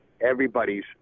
everybody's